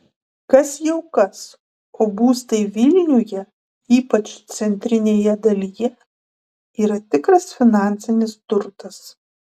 kas jau kas o būstai vilniuje ypač centrinėje dalyje yra tikras finansinis turtas